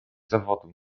zawodu